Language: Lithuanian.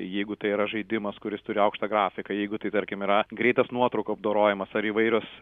jeigu tai yra žaidimas kuris turi aukštą grafiką jeigu tai tarkim yra greitas nuotraukų apdorojimas ar įvairios